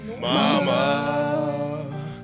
Mama